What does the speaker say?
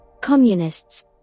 communists